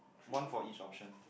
one for each option